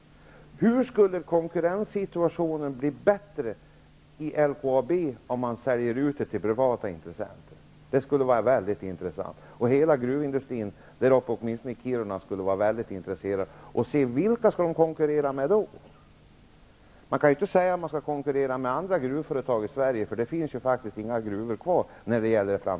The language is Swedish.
Hur skulle konkurrenssituationen bli bättre i LKAB om man sålde ut företaget till privata intressenter? Det skulle vara intressant att få veta det. Inom hela gruvindustrin, framför allt den i Kiruna, skulle man vara intresserad av att få veta med vilka man då skulle konkurrera. Man kan inte säga att LKAB skall konkurerra med andra gruvföretag i Sverige, för det finns faktiskt inga andra järnmalmsgruvor kvar.